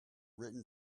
written